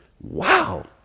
wow